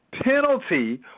Penalty